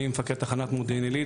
אני מפקד תחנת מודיעין עילית,